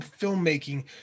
filmmaking